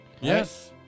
Yes